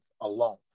alone